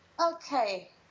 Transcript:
Okay